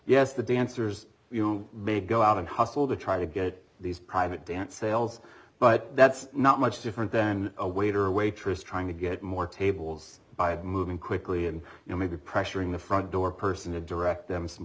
yes the dancers you may go out and hustle to try to get these private dance sales but that's not much different then a waiter or waitress trying to get more tables by moving quickly and you know maybe pressuring the front door person to direct them some